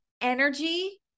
energy